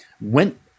went